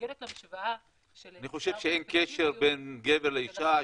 מתנגדת למשוואה- - אין הבדל בין גבר לאשה.